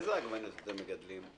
אילו עגבניות אתם מגדלים?